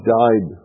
died